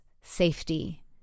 safety